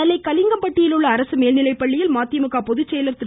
நெல்லை கலிங்கப்பட்டியில் உள்ள அரசு மேல்நிலைப்பள்ளியில் மதிமுக பொதுச்செயலர் திரு